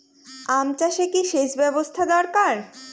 আম চাষে কি সেচ ব্যবস্থা দরকার?